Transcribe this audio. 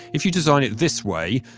if you design it this way,